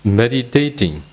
meditating